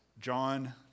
John